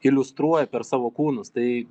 iliustruoja per savo kūnus tai